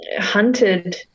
hunted –